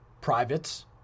Privates